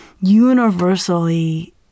universally